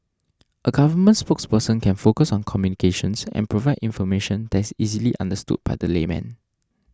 a government spokesperson can focus on communications and provide information that is easily understood by the layman